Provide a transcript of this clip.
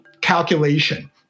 calculation